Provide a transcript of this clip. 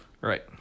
Right